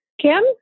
Kim